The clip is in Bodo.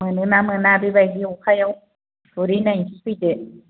मोनोना मोना बेबादि अखायाव गुरहैनायसै फैदो